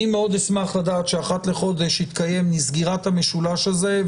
אני מאוד אשמח לדעת שאחת לחודש יתקיים סגירת המשולש הזה.